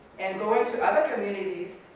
and going to other communities,